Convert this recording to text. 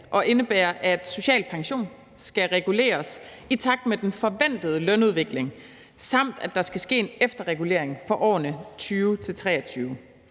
og indebærer, at social pension skal reguleres i takt med den forventede lønudvikling, samt at der skal ske en efterregulering for årene 2020-23.